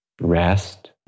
rest